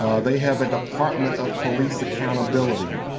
ah they have a department of police account ability.